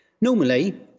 Normally